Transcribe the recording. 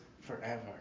forever